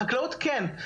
בענף החקלאות כן,